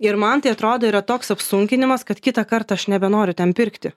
ir man tai atrodo yra toks apsunkinimas kad kitą kartą aš nebenoriu ten pirkti